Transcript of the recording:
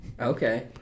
Okay